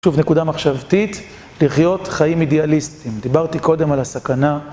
שוב, נקודה מחשבתית, לחיות חיים אידיאליסטיים, דיברתי קודם על הסכנה.